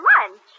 lunch